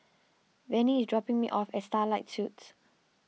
Vannie is dropping me off at Starlight Suites